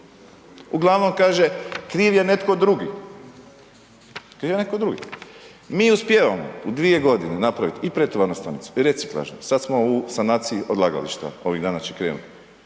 Uglavnom kaže kriv je netko drugi. Kriv je netko drugi. Mi uspijevamo u 2 g. napraviti i pretovarnu stanicu i reciklažno, sad smo u sanaciju odlagališta, ovih dana će krenuti.